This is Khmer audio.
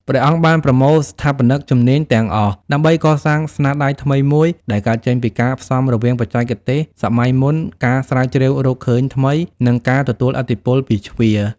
ព្រះអង្គបានប្រមូលស្ថាបនិកជំនាញទាំងអស់ ដើម្បីកសាងស្នាដៃថ្មីមួយ ដែលកើតចេញពីការផ្សំរវាងបច្ចេកទេសសម័យមុន ការស្រាវជ្រាវរកឃើញថ្មី និងការទទួលឥទ្ធិពលពីជ្វា។